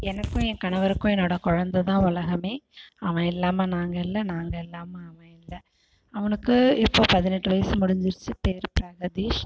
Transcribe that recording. எனக்கும் என் கணவருக்கும் என்னோட குழந்ததான் உலகமே அவன் இல்லாமல் நாங்கள் இல்லை நாங்கள் இல்லாமல் அவன் இல்லை அவனுக்கு இப்போ பதினெட்டு வயசு முடிஞ்சிருச்சு பேர் பிரகதீஷ்